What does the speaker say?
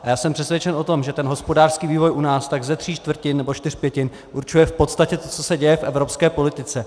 Já jsem přesvědčen o tom, že ten hospodářský vývoj u nás tak ze tří čtvrtin nebo čtyř pětin určuje v podstatě to, co se děje v evropské politice.